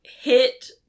Hit